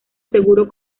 seguro